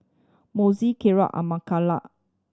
Moises Kirk